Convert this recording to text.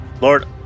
Lord